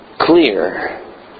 clear